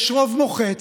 יש רוב מוחץ.